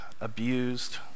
abused